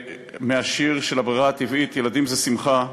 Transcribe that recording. מהשיר של הברירה הטבעית "ילדים זה שמחה".